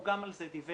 הוא גם על זה דיווח,